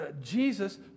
Jesus